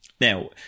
Now